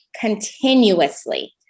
continuously